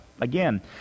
Again